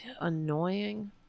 annoying